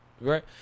right